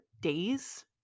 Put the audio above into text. days